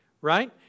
Right